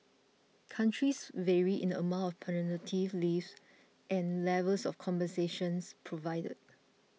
countries vary in the amount paternity leaves and levels of compensations provided